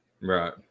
Right